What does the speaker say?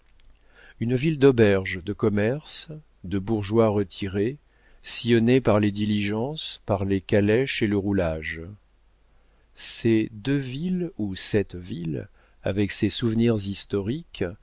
une ville d'auberges de commerce de bourgeois retirés sillonnée par les diligences par les calèches et le roulage ces deux villes ou cette ville avec ses souvenirs historiques